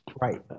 Right